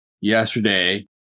Yesterday